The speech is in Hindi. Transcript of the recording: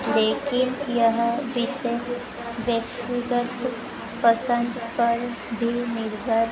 लेकिन यह विषय व्यक्तिगत पसंद पर भी निर्भर